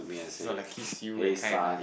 is not like kiss you that kind lah